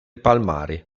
palmari